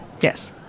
Yes